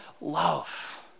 love